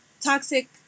toxic